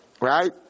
right